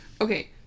Okay